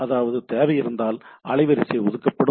அதாவது தேவை இருந்தால் அலைவரிசை ஒதுக்கப்படும்